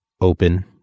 Open